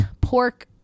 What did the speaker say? pork